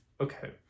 okay